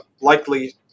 likely